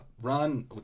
run